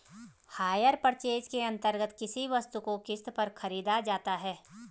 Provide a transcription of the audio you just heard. higher purchase के अंतर्गत किसी वस्तु को किस्त पर खरीदा जाता है